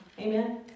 Amen